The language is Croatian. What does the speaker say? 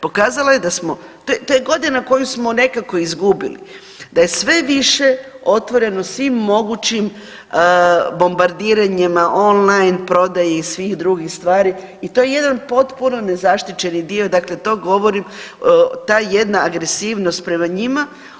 Pokazala je da smo, to je, to je godina koju smo nekako izgubili, da je sve više otvoreno svim mogućim bombardiranjima online prodaji i svih drugih stvari i to je jedan potpuno nezaštićeni dio, dakle to govorim, ta jedna agresivnost prema njima.